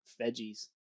veggies